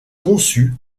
conçu